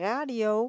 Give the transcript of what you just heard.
Radio